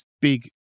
big